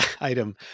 item